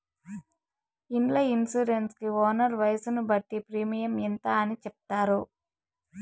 ఇండ్ల ఇన్సూరెన్స్ కి ఓనర్ వయసును బట్టి ప్రీమియం ఇంత అని చెప్తారు